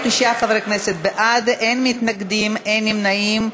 49 חברי כנסת בעד, אין מתנגדים, אין נמנעים.